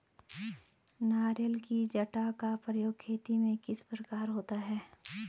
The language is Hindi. नारियल की जटा का प्रयोग खेती में किस प्रकार होता है?